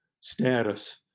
status